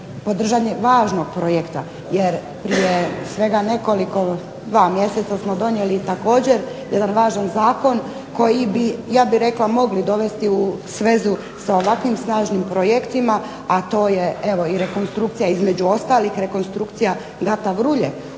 podržanje važnog projekta jer je svega nekoliko, dva mjeseca smo donijeli također jedan važan zakon koji bi ja bih rekla mogli dovesti u svezu sa ovakvim snažnim projektima, a to je evo i rekonstrukcija, između ostalih rekonstrukcija …/Govornica